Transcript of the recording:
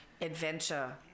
adventure